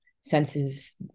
senses